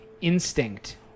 Instinct